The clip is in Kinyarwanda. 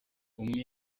umwe